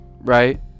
right